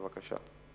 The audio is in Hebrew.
בבקשה.